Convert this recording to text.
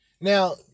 Now